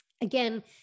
Again